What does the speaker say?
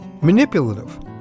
manipulative